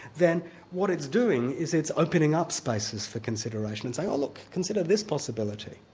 then what it's doing is it's opening up spaces for consideration, and saying oh look, consider this possibility.